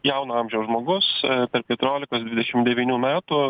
jauno amžiaus žmogus tarp keturiolikos dvidešimt devynių metų